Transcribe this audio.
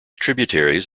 tributaries